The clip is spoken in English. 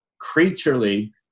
creaturely